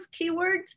keywords